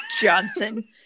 Johnson